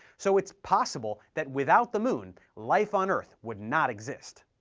so it's possible that without the moon, life on earth would not exist.